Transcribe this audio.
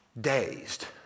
dazed